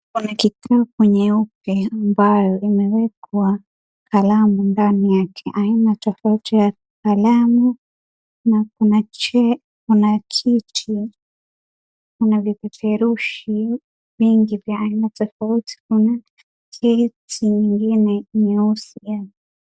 Wamekitimu kwenye upe ambayo imewekwa kalamu ndani yake, aina tofauti ya kalamu na kuna kiti, kuna vipeperushi vingi vya aina tofauti kama vyeti timu nyingine nyeusi M.